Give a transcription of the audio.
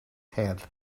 head